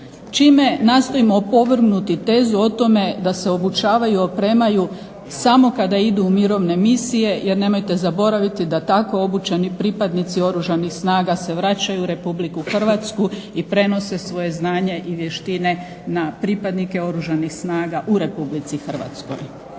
čime nastojimo opovrgnuti tezu o tome da se obučavaju i opremaju samo kada idu u mirovne misije jer nemojte zaboraviti da tako obučeni pripadnici Oružanih snaga se vraćaju u Republiku Hrvatsku i prenose svoje znanje i vještine na pripadnike Oružanih snaga u Republici Hrvatskoj.